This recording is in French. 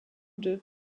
deux